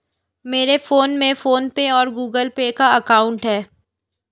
मेरे फोन में PhonePe और गूगल पे का अकाउंट है